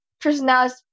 personality